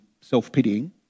self-pitying